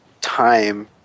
time